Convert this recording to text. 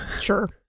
Sure